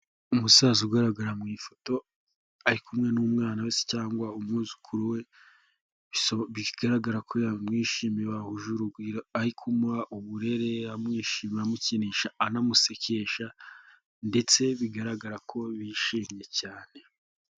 Umusaza ugaragara mu ifoto ari kumwe n'umwana we se cyangwa umwuzukuru we, bigaragara ko yamwishimiye bahuje urugwiro, ari kumuha uburere, amwishimiye, amukinisha, anamusekesha ndetse bigaragara ko bishimye cyane.